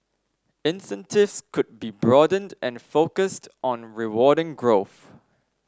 incentives could be broadened and focused on rewarding growth